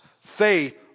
Faith